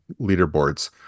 leaderboards